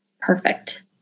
perfect